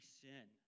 sin